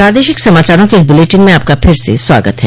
प्रादेशिक समाचारों के इस बुलेटिन में आपका फिर से स्वागत है